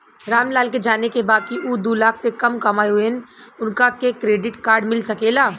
राम लाल के जाने के बा की ऊ दूलाख से कम कमायेन उनका के क्रेडिट कार्ड मिल सके ला?